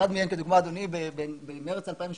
אחת מהן, כדוגמה, במארס 2018,